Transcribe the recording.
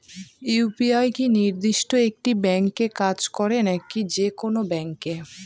UPI কি নির্দিষ্ট একটি ব্যাংকে কাজ করে নাকি যে কোনো ব্যাংকে?